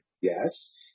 yes